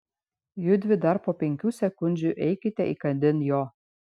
judvi dar po penkių sekundžių eikite įkandin jo